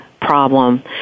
problem